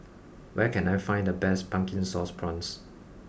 where can I find the best Pumpkin Sauce Prawns